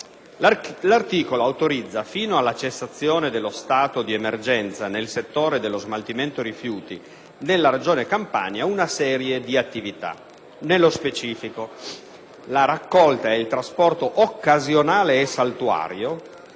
L'articolo autorizza, fino alla cessazione dello stato di emergenza nel settore dello smaltimento dei rifiuti nella Regione Campania, una serie di attività. Nello specifico: la raccolta e il trasporto occasionale o saltuario